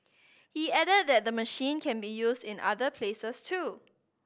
he added that the machine can be used in other places too